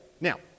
Now